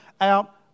out